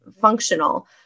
functional